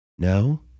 No